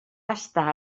estar